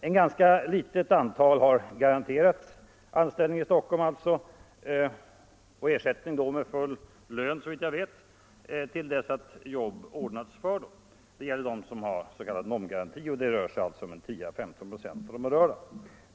Ett ganska litet antal har fått s.k. NOM-garanti — 10-15 96 av de berörda ungefär.